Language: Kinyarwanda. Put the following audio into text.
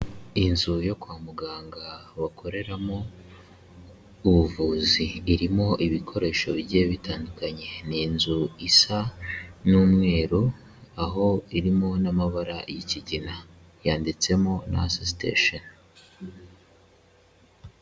Inzu yo kwa muganga bakoreramo ubuvuzi, irimo ibikoresho bigiye bitandukanye, ni inzu isa n'umweru aho irimo n'amabara y'ikigina, yanditsemo nurse station.